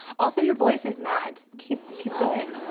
also, your voice is mad. keep, keep going.